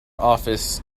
office